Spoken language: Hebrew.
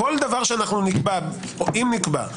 שנקבע, אם נקבע,